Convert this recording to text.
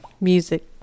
Music